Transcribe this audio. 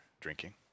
drinking